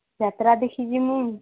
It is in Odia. ଯାତ୍ରା ଦେଖି ଯିବୁ